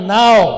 now